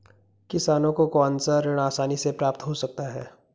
किसानों को कौनसा ऋण आसानी से प्राप्त हो सकता है?